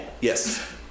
Yes